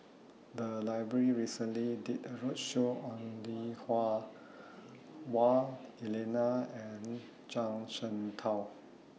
The Library recently did A roadshow on Lui Hah Wah Elena and Zhuang Shengtao